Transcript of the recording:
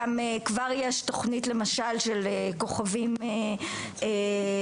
גם יש תוכנית למשל של כוכבים לרפואה,